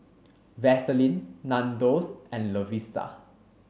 Vaseline Nandos and Lovisa